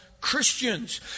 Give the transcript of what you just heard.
Christians